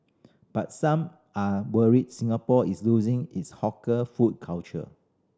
but some are worried Singapore is losing its hawker food culture